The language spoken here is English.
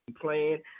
playing